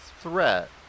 threat